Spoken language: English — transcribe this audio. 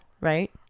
right